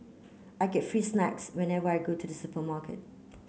I get free snacks whenever I go to the supermarket